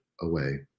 away